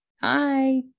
Hi